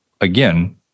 again